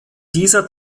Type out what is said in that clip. dieser